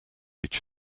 each